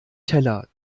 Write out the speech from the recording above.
teller